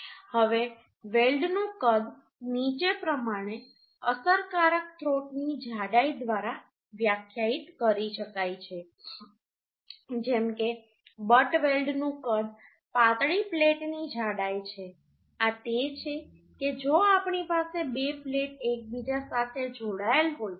હવે વેલ્ડનું કદ નીચે પ્રમાણે અસરકારક થ્રોટની જાડાઈ દ્વારા વ્યાખ્યાયિત કરી શકાય છે જેમ કે બટ વેલ્ડનું કદ પાતળી પ્લેટની જાડાઈ છે આ તે છે કે જો આપણી પાસે બે પ્લેટ એકબીજા સાથે જોડાયેલ હોય